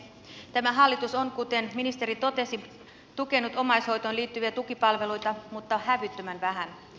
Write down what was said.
tämä hallitus on kuten ministeri totesi tukenut omaishoitoon liittyviä tukipalveluita mutta hävyttömän vähän